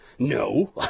No